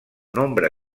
nombre